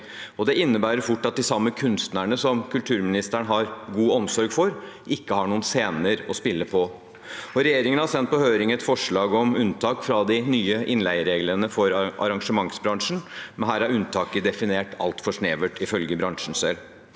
Det innebærer fort at de samme kunstnerne som kulturministeren har god omsorg for, ikke har noen scener å spille på. Regjeringen har sendt på høring et forslag om unntak fra de nye innleiereglene for arrangementsbransjen, men her er unntaket definert altfor snevert, ifølge bransjen selv.